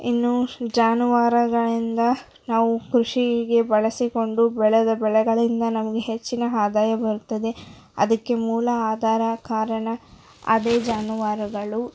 ಇನ್ನು ಜಾನುವಾರುಗಳಿಂದ ನಾವು ಕೃಷಿಗೆ ಬಳಸಿಕೊಂಡು ಬೆಳೆದ ಬೆಳೆಗಳಿಂದ ನಮಗೆ ಹೆಚ್ಚಿನ ಆದಾಯ ಬರುತ್ತದೆ ಅದಕ್ಕೆ ಮೂಲ ಆಧಾರ ಕಾರಣ ಅದೇ ಜಾನುವಾರುಗಳು